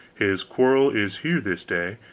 his quarrel is here this day,